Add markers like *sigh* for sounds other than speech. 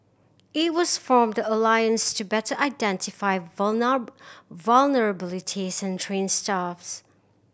it also formed the alliance to better identify *unintelligible* vulnerabilities and train staffs